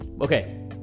Okay